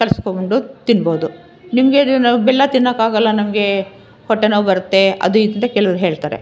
ಕಲಸ್ಕೊಂಡು ತಿನ್ಬೋದು ನಿಮಗೆ ಬೆಲ್ಲ ತಿನ್ನೋಕ್ಕಾಗಲ್ಲ ನಮಗೆ ಹೊಟ್ಟೆ ನೋವು ಬರುತ್ತೆ ಅದು ಇದು ಅಂತ ಕೆಲವ್ರು ಹೇಳ್ತಾರೆ